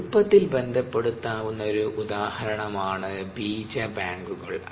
എളുപ്പത്തിൽ ബന്ധപ്പെടുത്താവുന്ന ഒരു ഉദാഹരണമാണ് ബീജ ബാങ്കുകൾ